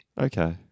Okay